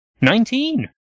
Nineteen